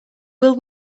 will